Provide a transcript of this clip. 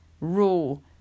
rule